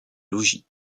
logis